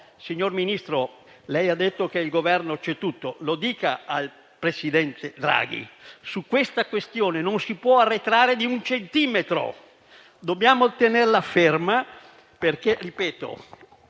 Signor Ministro, lei ha detto che il Governo c'è tutto, dica al presidente Draghi che su questa questione non si può arretrare di un centimetro; dobbiamo tenere una posizione